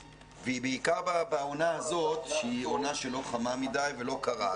ובעיקר בעונה הזאת שהיא לא עונה חמה מדי ועדיין לא קרה.